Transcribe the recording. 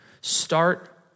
Start